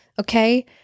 Okay